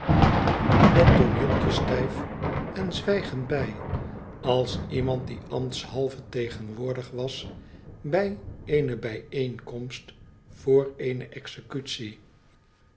dat tooneeltje süjf en zwijgend bij als iemand die ambtshalve tegenwoordig was bij eene bijeenkomst vr eene executie